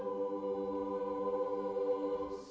for